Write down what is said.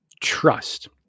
trust